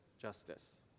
justice